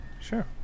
Sure